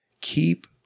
keep